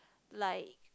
like